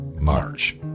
March